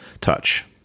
touch